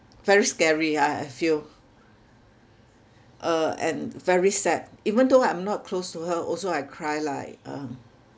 very scary I I feel uh and very sad even though I'm not close to her also I cry like um